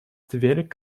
тверь